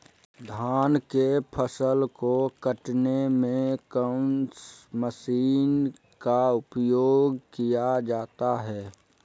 धान के फसल को कटने में कौन माशिन का उपयोग किया जाता है?